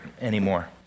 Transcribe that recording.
anymore